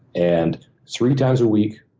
and three times a week,